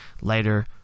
later